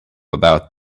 about